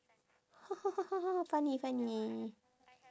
ha ha ha ha ha funny funny